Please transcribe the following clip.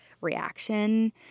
reaction